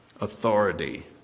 authority